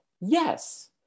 yes